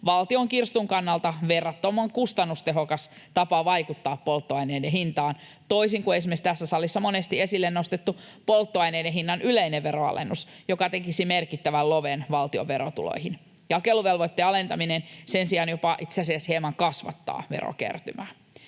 valtion kirstun kannalta verrattoman kustannustehokas tapa vaikuttaa polttoaineiden hintaan, toisin kuin esimerkiksi tässä salissa monesti esille nostettu polttoaineiden hinnan yleinen veronalennus, joka tekisi merkittävän loven valtion verotuloihin. Jakeluvelvoitteen alentaminen sen sijaan itse asiassa jopa hieman kasvattaa verokertymää.